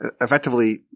Effectively